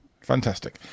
Fantastic